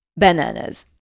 Bananas